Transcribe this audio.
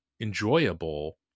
enjoyable